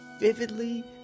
vividly